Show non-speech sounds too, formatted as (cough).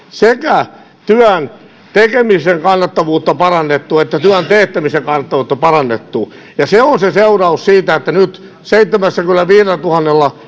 sekä työn tekemisen kannattavuutta parannettu että työn teettämisen kannattavuutta parannettu ja siitä on se seuraus että nyt seitsemälläkymmenelläviidellätuhannella (unintelligible)